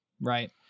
right